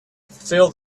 fill